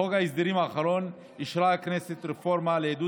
בחוק ההסדרים האחרון אישרה הכנסת רפורמה לעידוד